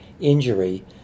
injury